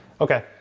Okay